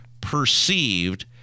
perceived